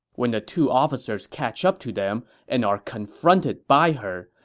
when the two officers catch up to them and are confronted by her,